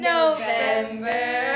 November